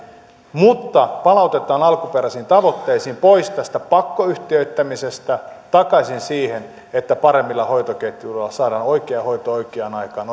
mutta palautetaan alkuperäisiin tavoitteisiin pois tästä pakkoyhtiöittämisestä takaisin siihen että paremmilla hoitoketjuilla saadaan oikea hoito oikeaan aikaan